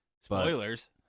Spoilers